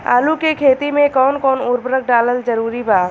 आलू के खेती मे कौन कौन उर्वरक डालल जरूरी बा?